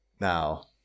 Now